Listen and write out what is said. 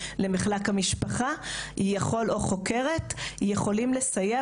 נגיד למחלק המשפחה יכולים לסייע,